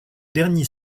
dernier